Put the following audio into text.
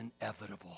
inevitable